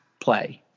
play